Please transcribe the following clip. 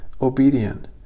obedient